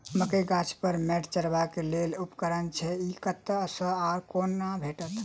मकई गाछ पर मैंट चढ़ेबाक लेल केँ उपकरण छै? ई कतह सऽ आ कोना भेटत?